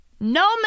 No